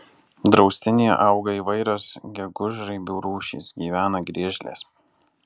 draustinyje auga įvairios gegužraibių rūšys gyvena griežlės